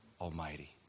Almighty